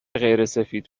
غیرسفید